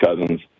Cousins